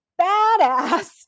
badass